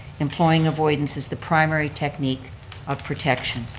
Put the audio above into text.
employing avoidance as the primary technique of protection.